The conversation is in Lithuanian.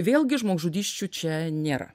vėlgi žmogžudysčių čia nėra